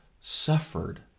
suffered